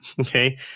okay